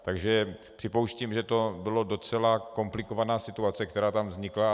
Takže připouštím, že to byla docela komplikovaná situace, která tam vznikla.